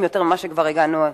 הזה.